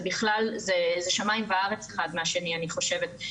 זה שמיים וארץ אחד מהשני אני חושבת.